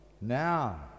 now